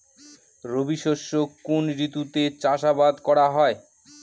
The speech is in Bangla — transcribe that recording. রবি শস্য কোন ঋতুতে চাষাবাদ করা হয়?